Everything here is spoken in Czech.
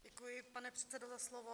Děkuji, pane předsedo, za slovo.